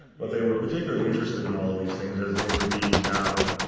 but they were particularly interested in all of these things as they were being now